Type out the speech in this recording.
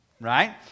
right